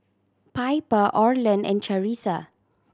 Piper Orland and Charissa